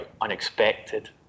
unexpected